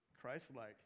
christ-like